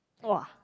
!wah!